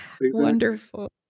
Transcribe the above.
Wonderful